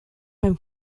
beim